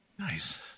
Nice